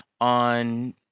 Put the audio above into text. on